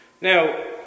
Now